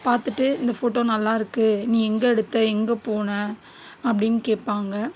பார்த்துட்டு இந்த ஃபோட்டோ நல்லாயிருக்கு நீ எங்கே எடுத்தே எங்கே போனே அப்படின் கேட்பாங்க